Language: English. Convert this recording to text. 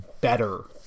better